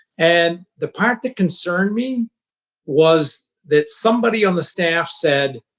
and the part that concerned me was that somebody on the staff said,